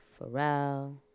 Pharrell